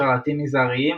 שרתים מזעריים,